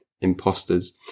imposters